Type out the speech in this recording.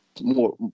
more